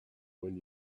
when